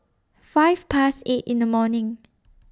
five Past eight in The morning